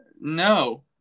No